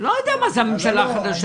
אני לא יודע מה היא הממשלה החדשה.